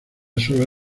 sola